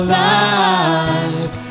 life